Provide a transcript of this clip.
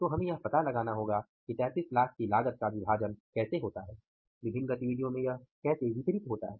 तो हमें यह पता लगाना होगा कि 3300000 की लागत का विभाजन कैसे होता है विभिन्न गतिविधियों में कैसे वितरित होता है